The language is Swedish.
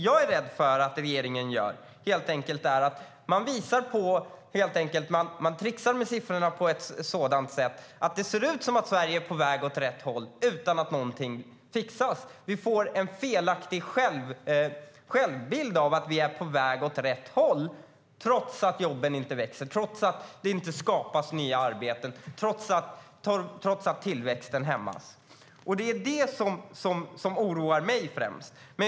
Jag är rädd för att regeringen tricksar med siffrorna på ett sådant sätt att det ser ut som att Sverige är på väg åt rätt håll utan att någonting fixas. Vi får en felaktig självbild av att vi är på väg åt rätt håll trots att jobben inte ökar, trots att det inte skapas nya arbeten, trots att tillväxten hämmas. Det är främst detta som oroar mig.